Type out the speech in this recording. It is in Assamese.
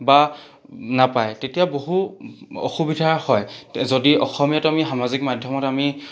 বা নাপায় তেতিয়া বহু অসুবিধা হয় যদি অসমীয়াটো আমি সামাজিক মাধ্যমত আমি